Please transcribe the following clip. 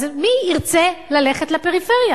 אז מי ירצה ללכת לפריפריה?